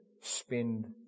spend